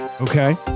okay